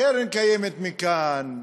קרן קיימת מכאן,